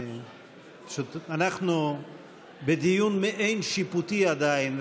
אנחנו בדיון מעין-שיפוטי עדיין.